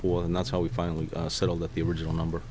forth and that's how we finally settled that the original number